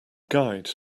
guide